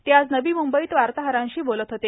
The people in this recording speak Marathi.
ते आज नवी मुंबईत वार्ताहरांशी बोलत होते